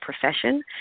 profession